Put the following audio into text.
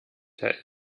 der